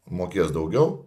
mokės daugiau